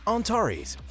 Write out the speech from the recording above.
Antares